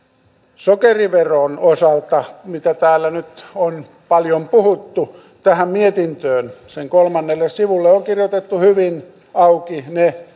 sokeriveron osalta mistä täällä nyt on paljon puhuttu tähän mietintöön sen kolmannelle sivulle on kirjoitettu hyvin auki ne